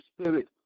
Spirit